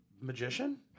magician